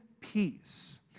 peace